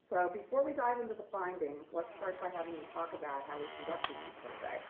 so before we dive into the findings, let's start by having you talk about how we conducted the survey